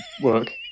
work